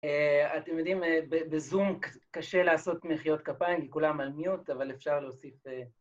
אתם יודעים, בזום קשה לעשות מחיאות כפיים, כי כולם על מיוט, אבל אפשר להוסיף...